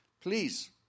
Please